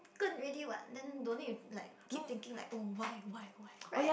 good already what then don't need to like keep thinking like oh why why why right